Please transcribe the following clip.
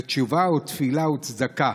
תשובה ותפילה וצדקה.